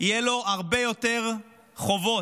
יהיו לו הרבה יותר חובות,